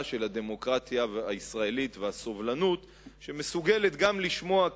של הדמוקרטיה הישראלית ואת הסובלנות שלה,